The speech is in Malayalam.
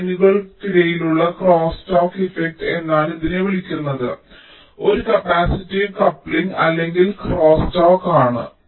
ലൈനുകൾക്കിടയിലുള്ള ക്രോസ് സ്റ്റോക്ക് ഇഫക്റ്റ് എന്നാണ് ഇതിനെ വിളിക്കുന്നത് ഇത് കപ്പാസിറ്റീവ് കപ്ലിംഗ് അല്ലെങ്കിൽ ക്രോസ്റ്റാക്ക് ആണ്